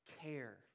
care